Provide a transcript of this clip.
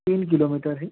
तीन किलोमीटर है